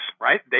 right